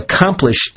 accomplished